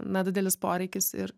na didelis poreikis ir